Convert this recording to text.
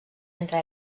entre